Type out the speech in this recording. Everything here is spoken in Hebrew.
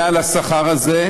ישראל.